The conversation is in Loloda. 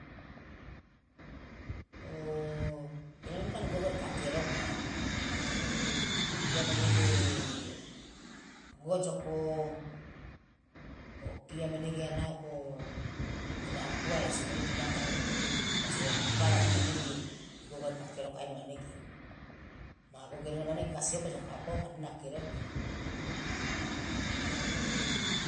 ena mane kan igogere ka akeroka okia menege gojoko okia menege ya naoko onaokuwa e so mene binatang imasgogapala ne manege igogere ka akeroka ena manege ma gogerena mane gasi oka ja kaokoka dina akeroka.